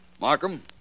Markham